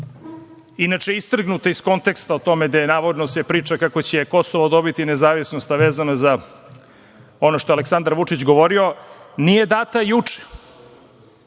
inače istrgnuta iz konteksta o tome gde se navodno priča kako će Kosovo dobiti nezavisnost, a vezano je za ono što je Aleksandar Vučić govorio, nije data juče,